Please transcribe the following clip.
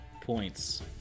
points